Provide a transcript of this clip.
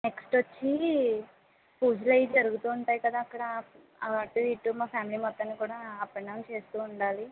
next వచ్చి పూజలు అవి జరుగుతు ఉంటాయి కదా అక్కడ అటు ఇటు మా ఫ్యామిలీ మొత్తానికి కూడా అప్ అండ్ డౌన్ చేస్తు ఉండాలి